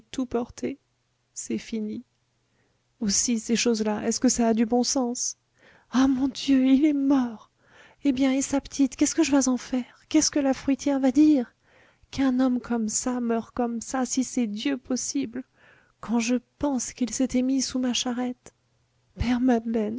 porté c'est fini aussi ces choses-là est-ce que ça a du bon sens ah mon dieu il est mort eh bien et sa petite qu'est-ce que je vas en faire qu'est-ce que la fruitière va dire qu'un homme comme çà meure comme ça si c'est dieu possible quand je pense qu'il s'était mis sous ma charrette père